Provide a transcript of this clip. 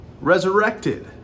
resurrected